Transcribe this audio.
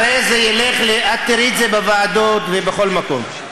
הרי זה ילך, את תראי את זה בוועדות, ובכל מקום.